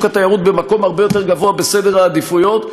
התיירות במקום הרבה יותר גבוה בסדר העדיפויות,